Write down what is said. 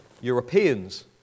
Europeans